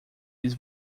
eles